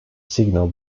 signal